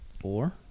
four